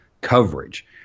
coverage